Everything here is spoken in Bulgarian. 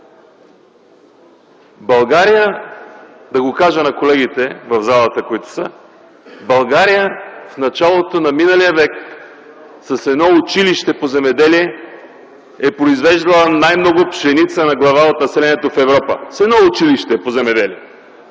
България, да го кажа на колегите, които са в залата, в началото на миналия век с едно училище по земеделие е произвеждала най-много пшеница на глава от населението в Европа. С едно училище по земеделие!